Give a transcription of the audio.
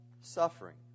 suffering